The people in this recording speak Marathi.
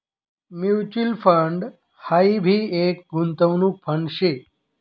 म्यूच्यूअल फंड हाई भी एक गुंतवणूक फंड शे